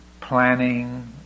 planning